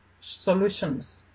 solutions